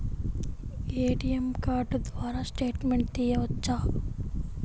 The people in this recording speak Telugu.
ఏ.టీ.ఎం కార్డు ద్వారా స్టేట్మెంట్ తీయవచ్చా?